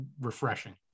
refreshing